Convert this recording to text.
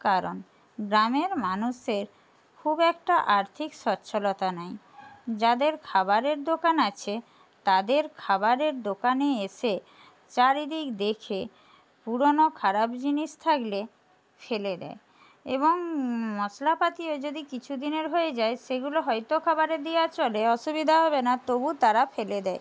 কারণ গ্রামের মানুষের খুব একটা আর্থিক সচ্ছলতা নেই যাদের খাবারের দোকান আছে তাদের খাবারের দোকানে এসে চারিদিক দেখে পুরনো খারাপ জিনিস থাকলে ফেলে দেয় এবং মশলাপাতিও যদি কিছু দিনের হয়ে যায় সেগুলো হয়তো খাবারে দেওয়া চলে অসুবিধা হবে না তবু তারা ফেলে দেয়